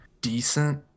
decent